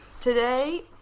Today